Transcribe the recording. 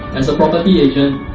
as a property agent,